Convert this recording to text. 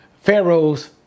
Pharaoh's